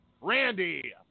Randy